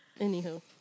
Anywho